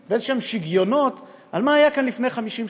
באיזשהם דמיונות על מה שהיה כאן לפני 50 שנה,